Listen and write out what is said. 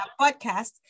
Podcast